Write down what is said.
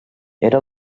era